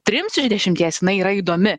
trims iš dešimties jinai yra įdomi